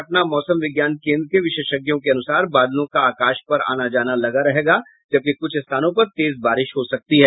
पटना मौसम विज्ञान केंद्र के विशेषज्ञों के अनुसार बादलों का आकाश पर आनाजाना लगा रहेगा जबकि कुछ स्थानों पर तेज बारिश हो सकती है